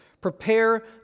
prepare